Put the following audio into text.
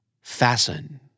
Fasten